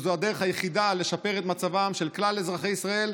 שזו הדרך היחידה לשפר את מצבם של כלל אזרחי ישראל,